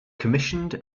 commissioned